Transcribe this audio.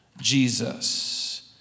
Jesus